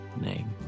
name